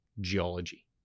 geology